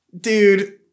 Dude